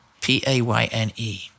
P-A-Y-N-E